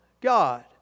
God